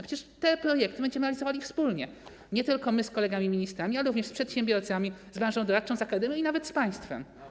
Przecież te projekty będziemy realizowali wspólnie, nie tylko z kolegami ministrami, ale również z przedsiębiorcami, z branżą doradczą... i nawet z państwem.